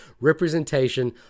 representation